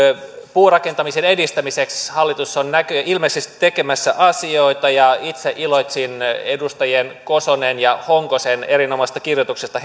puurakentamisen edistämiseksi hallitus on ilmeisesti tekemässä asioita ja itse iloitsin edustajien kosonen ja honkonen erinomaisesta kirjoituksesta